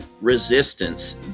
Resistance